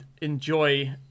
enjoy